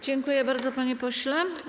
Dziękuję bardzo, panie pośle.